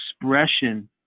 Expression